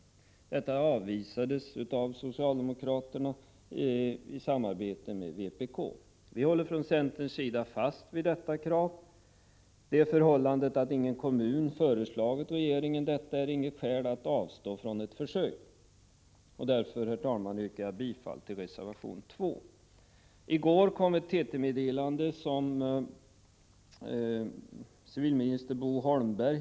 Detta avvisades av socialdemokraterna i samarbete med vpk. Vi håller från centerns sida fast vid detta krav. Det förhållandet att ingen kommun föreslagit regeringen detta är inget skäl för att avstå från ett försök. Därför, herr talman, yrkar jag bifall till reservation 2. I går kom ett TT-meddelande som innehöll ett uttalande av civilminister Bo Holmberg.